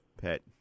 pet